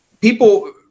People